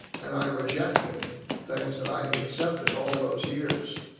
and i rejected things that i had accepted all those years.